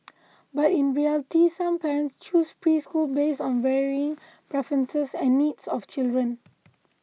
but in reality some parents choose preschools based on varying preferences and needs of children